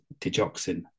digoxin